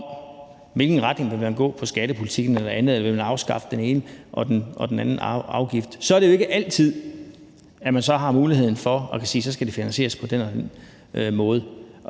hvilken retning man vil gå med hensyn til skattepolitikken eller andet, eller om man vil afskaffe den ene eller den anden afgift, så er det jo ikke altid, at man har muligheden for at kunne sige, at så skal det finansieres på den og den måde